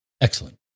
Excellent